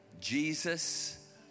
Jesus